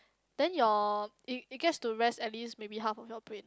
then your it it gets to rest at least maybe half of your brain